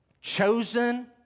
chosen